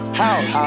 house